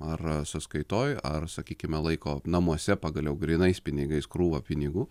ar sąskaitoj ar sakykime laiko namuose pagaliau grynais pinigais krūvą pinigų